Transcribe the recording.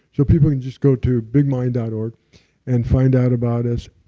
so people can just go to bigmind dot org and find out about us.